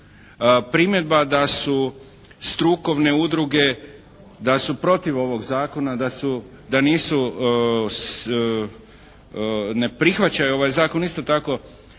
Primjedba da su strukovne udruge, da su protiv ovog zakona, da nisu ne prihvaćaju ovaj zakon. Isto tako,